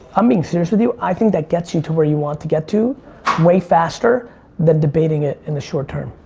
i'm being serious with you, i think that gets you to where you want to get to way faster than debating it in the short term.